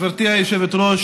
גברתי היושבת-ראש,